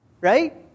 right